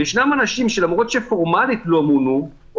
וישנם אנשים שלמרות שפורמלית לא מונו או